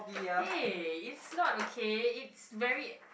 hey is not okay it's very